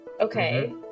Okay